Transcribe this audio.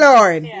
Lord